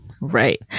Right